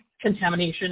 contamination